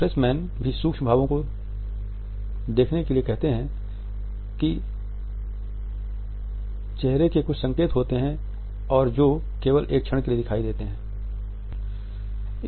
freshman भी सूक्ष्म भावों को देखने के लिए कहते हैं जो कि चेहरे के कुछ संकेत होते हैं और जो केवल एक क्षण के लिए दिखाई देते हैं